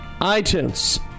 iTunes